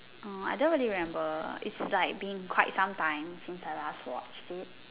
oh I don't really remember it's like been quite some time since I last watched it